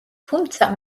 თუმცა